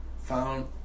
found